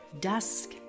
Dusk